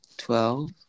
Twelve